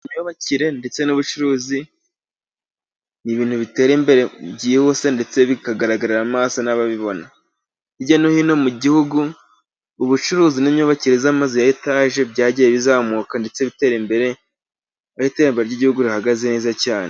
Imyubakire ndetse n'ubucuruzi ni ibintu bitera imbere byihuse ndetse bikagaragarira amaso n'ababibona . Hirya no hino mu gihugu, ubucuruzi n'imyubakire y'amazu ya etaje byagiye bizamuka ndetse bitera imbere n'iterambere ry'igihugu rihagaze neza cyane.